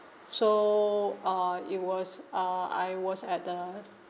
so uh it was uh I was at the